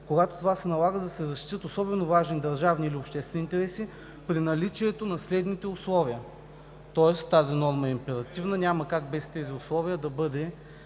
когато това се налага, за да се защитят особено важни държавни или обществени интереси, при наличието на следните условия:…“ Тоест тази норма е императивна, няма как без тези условия да бъде